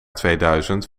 tweeduizend